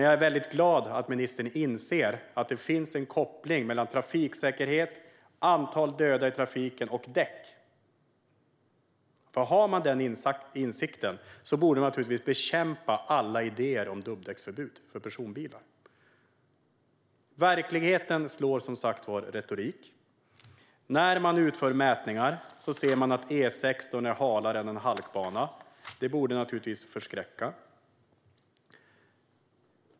Jag är glad att ministern inser att det finns en koppling mellan trafiksäkerhet, antalet döda i trafiken och däck, för om man har man den insikten borde man naturligtvis bekämpa alla idéer om dubbdäcksförbud för personbilar. Verkligheten slår som sagt retoriken. Mätningar visar att E16 är halare än en halkbana, och det borde naturligtvis förskräcka.